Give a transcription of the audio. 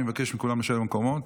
אני מבקש מכולם לשבת במקומות.